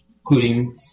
including